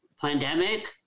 pandemic